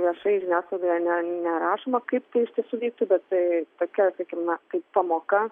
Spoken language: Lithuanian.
viešai žiniasklaidoje ne nerašoma kaip tai iš tiesų vyktų bet tai tokia sakykim na kaip pamoka